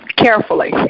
Carefully